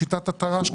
שיטת התר"ש,